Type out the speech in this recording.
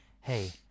hey